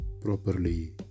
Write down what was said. properly